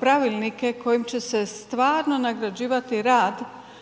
pravilnike kojim će se stvarno nagrađivati rad,